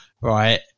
Right